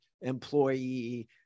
employee